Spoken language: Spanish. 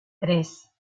tres